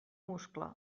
muscle